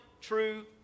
true